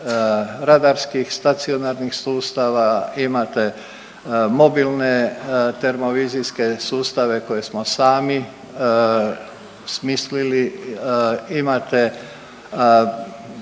radarskih stacionarnih sustava, imate mobilne termovizijske sustave koje smo sami smislili, imate